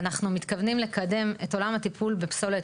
ואנחנו מתכוונים לקדם את עולם הטיפול בפסולת,